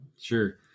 sure